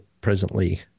presently